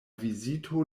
vizito